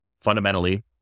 Fundamentally